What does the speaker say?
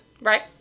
Right